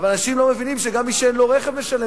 אבל אנשים לא מבינים שגם מי שאין לו רכב משלם